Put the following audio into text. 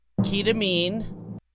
Ketamine